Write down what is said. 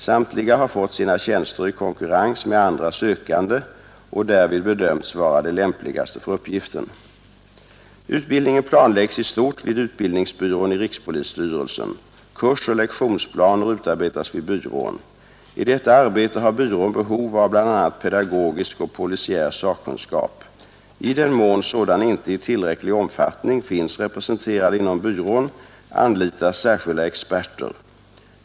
Samtliga har fått sina tjänster i konkurrens med andra sökande och därvid bedömts vara de lämpligaste för uppgiften. Utbildningen planläggs i stort vid utbildningsbyrån i rikspolisstyrelsen. Kursoch lektionsplaner utarbetas vid byrån. I detta arbete har byrån behov av bl.a. pedagogisk och polisiär sakkunskap. I den mån sådan inte i tillräcklig omfattning finns representerad inom byrån anlitas särskilda experter.